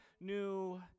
new